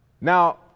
Now